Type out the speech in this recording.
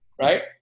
right